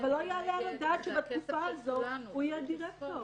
אבל לא יעלה על הדעת שבתקופה הזאת הוא יהיה דירקטור.